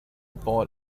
bought